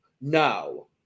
No